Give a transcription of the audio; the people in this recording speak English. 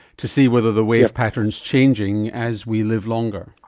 to see whether the wave pattern is changing as we live longer.